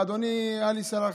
אדוני עלי סלאלחה,